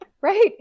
right